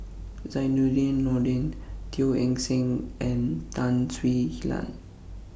Zainudin Nordin Teo Eng Seng and Tan Swie Hian